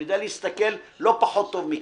אני יודע להסתכל לא פחות טוב מכם.